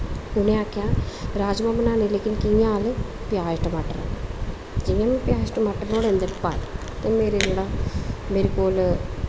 उ'नें आखेआ राजमांह् बनाने लेकिन कि'यां आह्ले प्याज़ टमाटर जियां में प्याज़ टमाटर नोहाड़े अन्दर पाए ते मे कोला मेरे कोल